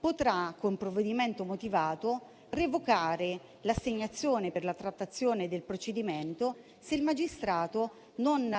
potrà, con provvedimento motivato, revocare l'assegnazione per la trattazione del procedimento se il magistrato non